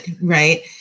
right